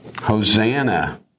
Hosanna